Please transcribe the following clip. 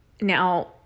Now